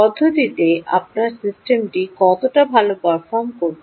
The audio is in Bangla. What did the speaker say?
পদ্ধতিতে আপনার সিস্টেমটি কতটা ভাল পারফর্ম করছে